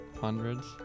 hundreds